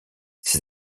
ses